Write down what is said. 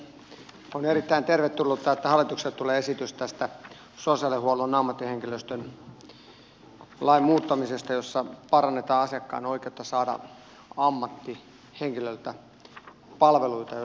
on erittäin tervetullutta että hallitukselta tulee esitys tästä sosiaalihuollon ammattihenkilöstön lain muuttamisesta jossa parannetaan asiakkaan oikeutta saada ammattihenkilöltä palveluita joita hän tarvitsee